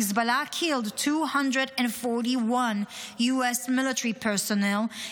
Hezbollah killed 241 US military personnel,